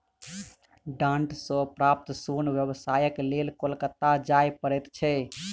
डांट सॅ प्राप्त सोन व्यवसायक लेल कोलकाता जाय पड़ैत छै